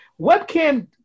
Webcam